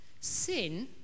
Sin